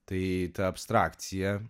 tai ta abstrakcija